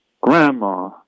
Grandma